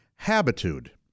Habitude